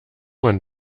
man